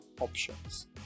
options